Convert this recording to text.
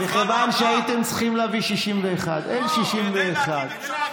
מכיוון שהייתם צריכים להביא 61. אין 61. לא,